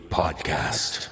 podcast